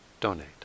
donate